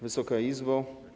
Wysoka Izbo!